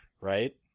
right